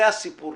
זה הסיפור.